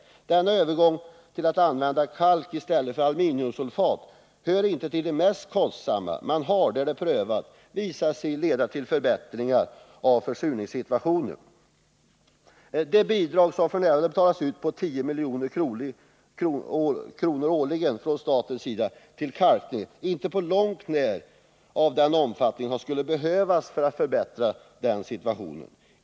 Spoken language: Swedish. Denna övergång till att använda kalk i stället för aluminiumsulfat hör inte till de mest kostsamma men har, där den prövats, visat sig leda till en förbättring när det gäller försurningssituationen. Det bidrag på 10 milj.kr. som årligen betalas ut till kalkning är inte på långt när av den storleksordning som skulle behövas för att bemästra situationen.